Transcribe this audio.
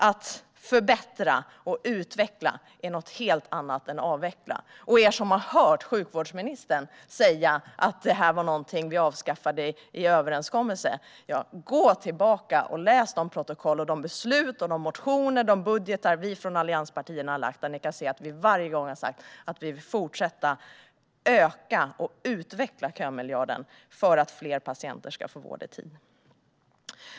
Att förbättra och utveckla är något helt annat än att avveckla. Ni som har hört sjukvårdsministern säga att detta var något vi var överens om att avskaffa kan gå tillbaka och läsa protokoll, beslut, motioner och budgetar från allianspartierna. Där kan ni se att vi varje gång har sagt att vi vill fortsätta att öka och utveckla kömiljarden för att fler patienter ska få vård i tid.